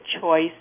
choice